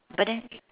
but then